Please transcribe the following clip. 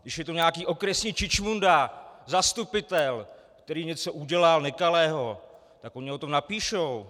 Když je to nějaký okresní čičmunda, zastupitel, který něco udělal nekalého, tak oni o tom napíšou.